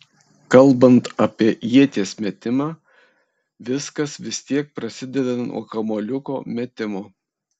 kalbant apie ieties metimą viskas vis tiek prasideda nuo kamuoliuko metimo